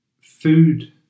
food